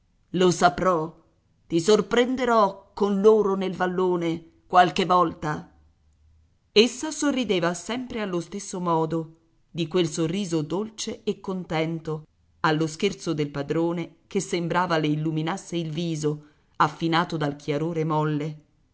lo saprò ti sorprenderò con loro nel vallone qualche volta essa sorrideva sempre allo stesso modo di quel sorriso dolce e contento allo scherzo del padrone che sembrava le illuminasse il viso affinato dal chiarore molle